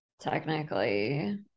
technically